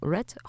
Red